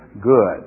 good